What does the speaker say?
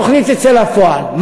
התוכנית תצא לפועל.